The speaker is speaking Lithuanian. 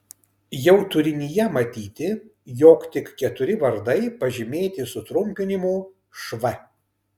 jau turinyje matyti jog tik keturi vardai pažymėti sutrumpinimu šv